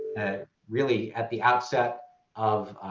really at the outset of